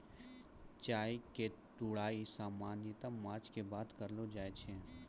चाय के तुड़ाई सामान्यतया मार्च के बाद करलो जाय छै